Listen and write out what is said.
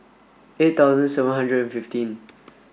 eight thousand seven hundred and fifteen